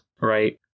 right